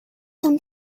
some